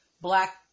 black